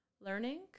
learning